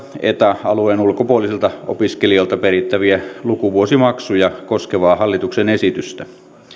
eta alueen ulkopuolisilta opiskelijoilta perittäviä lukuvuosimaksuja koskevaa hallituksen esitystä